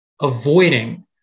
avoiding